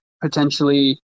potentially